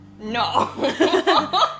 No